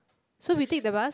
so we take the bus